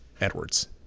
Edwards